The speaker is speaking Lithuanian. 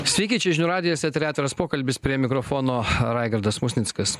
sveiki čia žinių radijas tai yra atviras pokalbis prie mikrofono raigardas musnickas